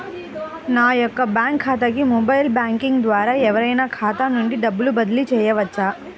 నా యొక్క బ్యాంక్ ఖాతాకి మొబైల్ బ్యాంకింగ్ ద్వారా ఎవరైనా ఖాతా నుండి డబ్బు బదిలీ చేయవచ్చా?